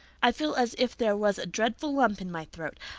i feel as if there was a dreadful lump in my throat.